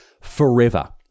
forever